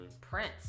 Prince